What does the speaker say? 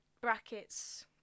brackets